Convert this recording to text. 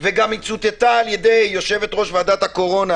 היא צוטטה גם על ידי יושבת-ראש ועדת הקורונה,